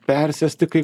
persėsti kai